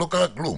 לא קרה כלום.